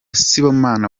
sibomana